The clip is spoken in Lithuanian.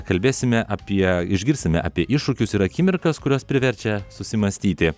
kalbėsime apie išgirsime apie iššūkius ir akimirkas kurios priverčia susimąstyti